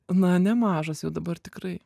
na nemažas jau dabar tikrai